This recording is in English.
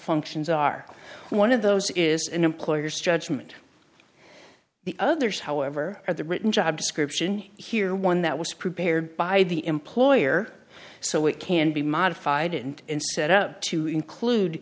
functions are one of those is an employer's judgement the others however are the written job description here one that was prepared by the employer so it can be modified and set up to include